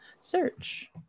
Search